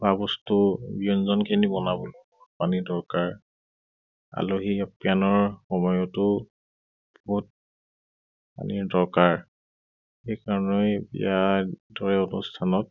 খোৱা বস্তু ব্যঞ্জনখিনি বনাবলৈ পানী দৰকাৰ আলহী আপ্যায়নৰ সময়তো বহুত পানীৰে দৰকাৰ সেইকাৰণে বিয়াৰ দৰে অনুষ্ঠানত